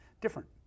different